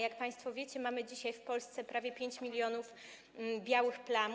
Jak państwo wiecie, mamy dzisiaj w Polsce prawie 5 mln białych plam.